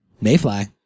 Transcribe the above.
mayfly